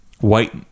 white